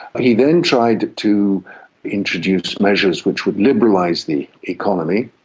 he then tried to introduce measures which would liberalise the economy.